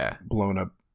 blown-up